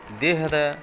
ದೇಹದ